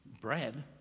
bread